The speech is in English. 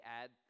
add